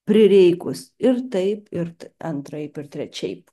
prireikus ir taip ir antraip ir trečiaip